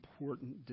important